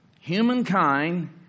humankind